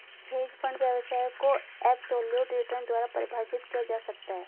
hedge fund व्यवसाय को absolute return द्वारा परिभाषित किया जा सकता है